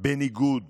בניגוד